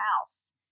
house